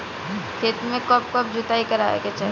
खेतो में कब कब जुताई करावे के चाहि?